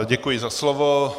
Děkuji za slovo.